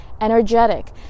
energetic